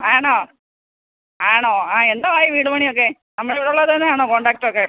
ആണോ ആണോ ആ എന്തോ ആയി വീട് പണിയൊക്കെ നമ്മളെ ഇവിടുള്ളവർ തന്നെയാണോ കോൺട്രാക്റ്റൊക്കെ